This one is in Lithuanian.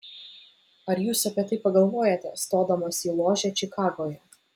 ar jūs apie tai pagalvojote stodamas į ložę čikagoje